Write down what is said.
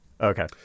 Okay